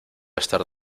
estar